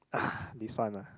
ugh this one ah